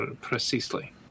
Precisely